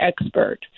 expert